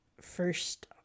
first